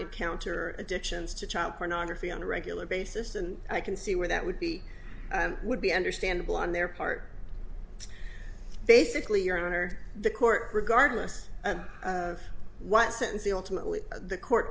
encounter addictions to child pornography on a regular basis and i can see where that would be would be understandable on their part basically your honor the court regardless of what